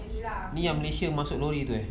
ini yang malaysia masuk lori tu